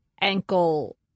ankle